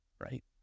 right